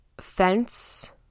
fence